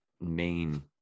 main